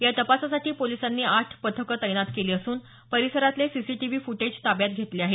या तपासासाठी पोलिसांनी आठ पथकं तैनात केली असून परिसरातले सीसीटीव्ही फुटेज ताब्यात घेतले आहेत